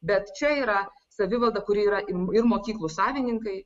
bet čia yra savivalda kuri yra ir mokyklų savininkai